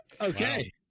Okay